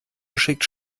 geschickt